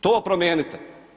To promijenite.